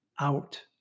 Out